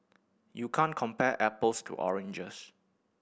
you can't compare apples to oranges